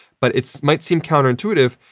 but, it might seem counter intuitive,